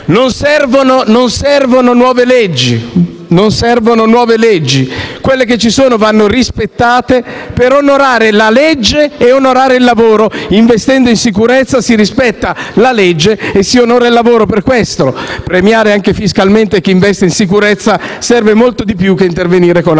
Non servono nuove leggi. Quelle che ci sono vanno rispettate per onorare la legge e il lavoro. Investendo in sicurezza si rispetta la legge e si onora il lavoro. Per questo, premiare anche fiscalmente chi investe in sicurezza serve molto di più che intervenire con altre